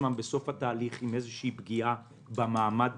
עצמם בסוף התהליך עם איזושהי פגיעה במעמד